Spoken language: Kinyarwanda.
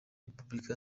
repubulika